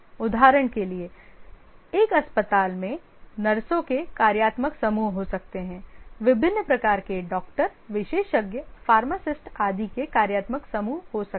उदाहरण के लिए एक अस्पताल में नर्सों के कार्यात्मक समूह हो सकते हैं विभिन्न प्रकार के डॉक्टर विशेषज्ञ फार्मासिस्ट आदि के कार्यात्मक समूह हो सकते हैं